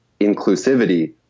inclusivity